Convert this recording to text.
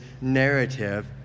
narrative